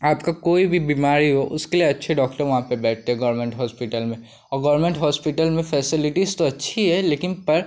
आपकी कोई भी बिमारी हो उसके लिए अच्छे डॉक्टर वहाँ पर बैठते हैं गोरमेंट होस्पिटल में और गोरमेंट होस्पिटल में फेसिलिटीस तो अच्छी है लेकिन पर